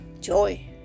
joy